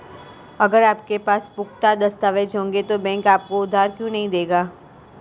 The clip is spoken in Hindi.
अगर आपके पास पुख्ता दस्तावेज़ होंगे तो बैंक आपको उधार क्यों नहीं देगा?